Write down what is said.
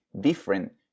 different